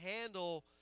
handle